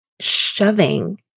shoving